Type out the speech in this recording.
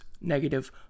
negative